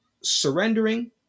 surrendering